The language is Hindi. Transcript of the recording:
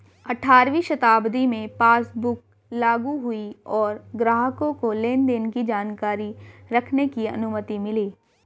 अठारहवीं शताब्दी में पासबुक लागु हुई और ग्राहकों को लेनदेन की जानकारी रखने की अनुमति मिली